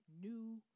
new